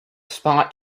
spot